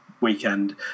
weekend